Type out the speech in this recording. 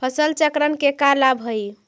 फसल चक्रण के का लाभ हई?